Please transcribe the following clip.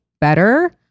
better